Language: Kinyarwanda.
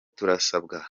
turasabwa